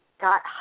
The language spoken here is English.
got